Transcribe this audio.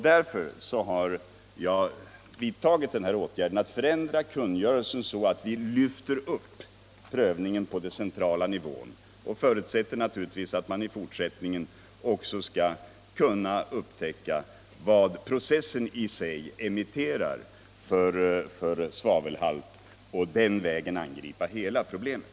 Därför har jag ändrat kungörelsen på så sätt att vi lyfter upp prövningen till central nivå. En förutsättning är naturligtvis att man i fortsättningen skall kunna upptäcka vad processen i sig emitterar för svavelhalt, så att man kan angripa hela problemet.